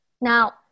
Now